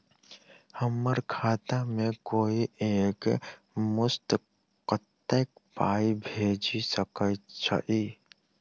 हम्मर खाता मे कोइ एक मुस्त कत्तेक पाई भेजि सकय छई?